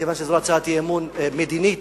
מכיוון שזו הצעת אי-אמון מדינית,